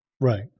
Right